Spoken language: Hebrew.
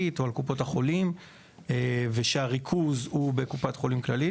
או על קופות החולים ושהריכוז הוא בקופת חולים כללית,